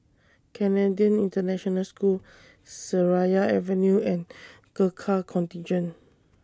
Canadian International School Seraya Avenue and Gurkha Contingent